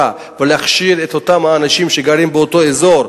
ולהכשיר את אותם האנשים שגרים באותו אזור,